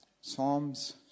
Psalms